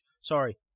Sorry